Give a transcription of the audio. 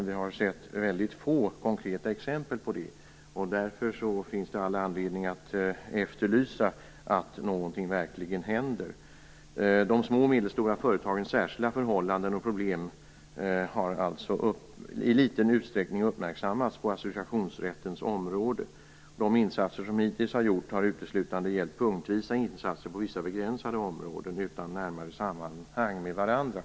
Vi har dock sett få konkreta exempel på detta. Det finns därför all anledning att efterlysa att någonting verkligen händer. De små och medelstora företagens särskilda förhållanden och problem har i liten utsträckning uppmärksammats på associationsrättens område. De insatser som hittills har gjorts har uteslutande gällt punktvisa insatser på vissa begränsade områden, utan närmare sammanhang med varandra.